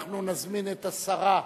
אנחנו נזמין את השרה,